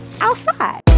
outside